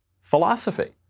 philosophy